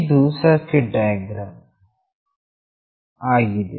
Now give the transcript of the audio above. ಇದು circuit diagram ಆಗಿದೆ